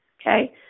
Okay